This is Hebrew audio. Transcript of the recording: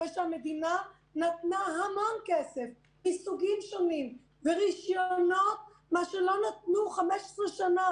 אחרי שהמדינה נתנה הרבה מאוד כסף ורישיונות מה שלא נתנו 15 שנה